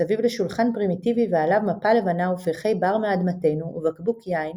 מסביב לשולחן פרמיטיבי ועליו מפה לבנה ופרחי-בר מאדמתנו ובקבוק יין